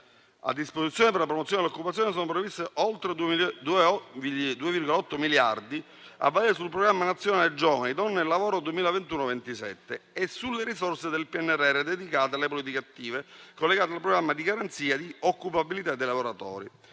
A disposizione per la promozione dell'occupazione sono previsti oltre 2,8 miliardi a valere sul programma nazionale giovani, donne e lavoro 2021-2027 e sulle risorse del PNRR dedicate alle politiche attive collegate al programma di garanzia di occupabilità dei lavoratori.